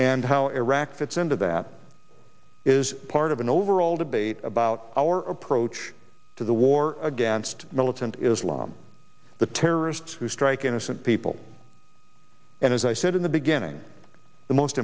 and how iraq fits into that is part of an overall debate about our approach to the war against militant islam the terrorists who strike innocent people and as i said in the beginning the most